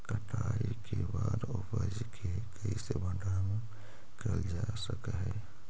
कटाई के बाद उपज के कईसे भंडारण करल जा सक हई?